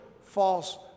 false